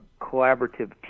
collaborative